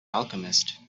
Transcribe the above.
alchemist